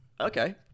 Okay